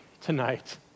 tonight